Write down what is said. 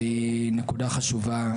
נקודה חשובה,